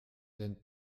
denn